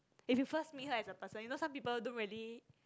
if you first meet her as a person you know some people don't really